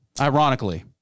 Ironically